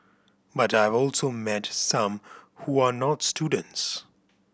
but I've also met some who are not students